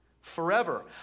forever